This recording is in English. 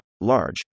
large